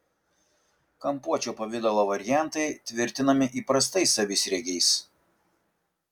kampuočio pavidalo variantai tvirtinami įprastais savisriegiais